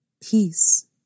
peace